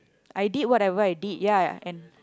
I did whatever I did ya I can